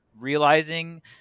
realizing